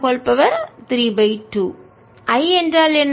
I என்றால் என்ன